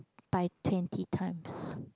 by twenty times